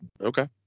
Okay